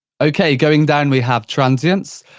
okay, going down we have transients.